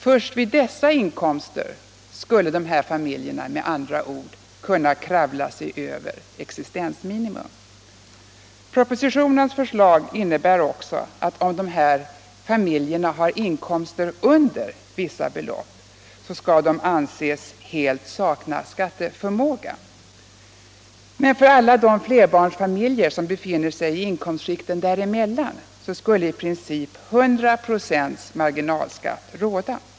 Först vid dessa inkomster skulle dessa familjer med andra ord kunna kravla sig över existensminimum. Propositionens förslag innebär också att om dessa familjer har inkomst under vissa belopp, så skall de helt anses sakna skatteförmåga. Men för alla de flerbarnsfamiljer som befinner sig i inkomstskikten där emellan skulle i princip 100 procents marginalskatt råda.